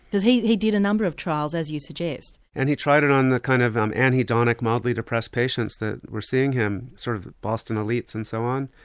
because he he did a number of trials, as you suggest. and he tried it on the kind of um anhedonic mildly depressed patients that were seeing him, the sort of boston elites and so on.